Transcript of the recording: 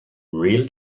real